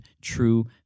true